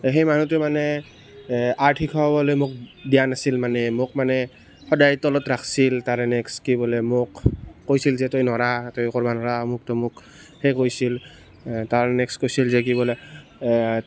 সেই মানুহটোৱে মানে আৰ্ট শিকাবলৈ মোক দিয়া নাছিল মানে মোক মানে সদায় তলত ৰাখছিল তাৰে নেক্সট কি বোলে মোক কৈছিল যে তই নোৱাৰ তই একো নোৱাৰ আমুক তামুক সেই কৈছিল তাৰ নেক্সট কৈছিল যে কি বোলে